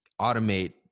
automate